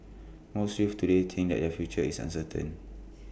most youths today think that their future is uncertain